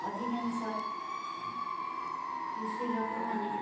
ଅଧିକାଂଶ କୃଷି ଲୋକମାନେ